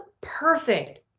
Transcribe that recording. perfect